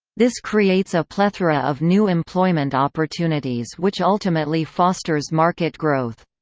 this creates a plethora of new employment opportunities which ultimately fosters market growth.